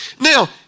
Now